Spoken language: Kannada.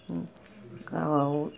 ಅವು